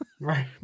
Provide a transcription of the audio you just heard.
Right